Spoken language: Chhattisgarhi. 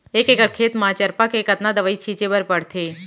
एक एकड़ खेत म चरपा के कतना दवई छिंचे बर पड़थे?